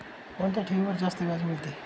कोणत्या ठेवीवर जास्त व्याज मिळेल?